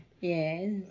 Yes